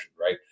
right